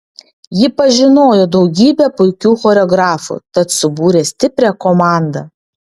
ji pažinojo daugybę puikių choreografų tad subūrė stiprią komandą